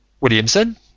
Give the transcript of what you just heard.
Williamson